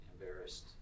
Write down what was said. embarrassed